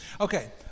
okay